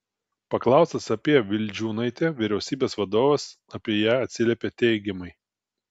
paklaustas apie vildžiūnaitę vyriausybės vadovas apie ją atsiliepė teigiamai